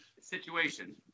situation